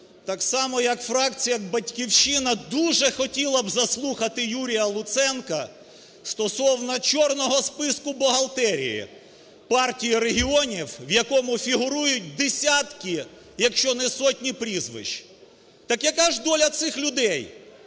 Так само, як фракція "Батьківщина" дуже хотіла б заслухати Юрія Луценка стосовно чорного списку бухгалтерії Партії регіонів, в якому фігурують десятки, якщо не сотні, прізвищ. Так яка ж доля цих людей?